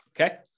Okay